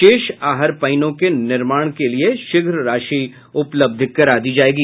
शेष आहर पइनों के निर्माण के लिए शीघ्र राशि उपलब्ध करा दी जायेगी